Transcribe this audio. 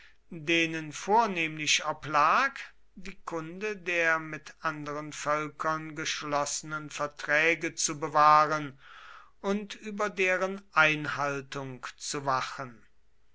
denen vornehmlich oblag die kunde der mit anderen völkern geschlossenen verträge zu bewahren und über deren einhaltung zu wachen